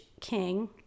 king